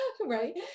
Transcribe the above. right